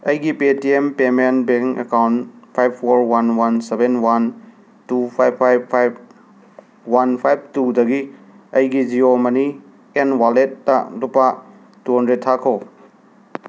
ꯑꯩꯒꯤ Paytm payment bank account five four one one seven one two five five five one five ꯇꯨꯗꯒꯤ ꯑꯩꯒꯤ Jio ꯃꯅꯤ and ꯋꯥꯂꯦꯠꯇ ꯂꯨꯄꯥ two hundred ꯊꯥꯈꯣ